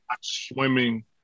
swimming